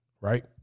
Right